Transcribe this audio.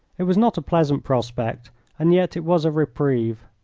it was not a pleasant prospect, and yet it was a reprieve.